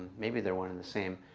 maybe they're one in the same